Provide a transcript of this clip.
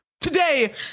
today